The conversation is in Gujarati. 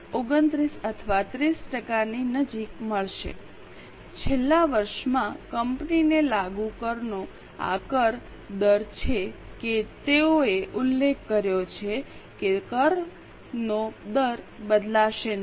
29 અથવા 30 ટકાની નજીક મળશે છેલ્લા વર્ષમાં કંપનીને લાગુ કરનો આ કર દર છે કે તેઓએ ઉલ્લેખ કર્યો છે કે કરનો દર બદલાશે નહીં